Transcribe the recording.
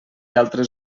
altres